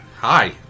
hi